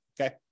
okay